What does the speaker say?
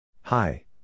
Hi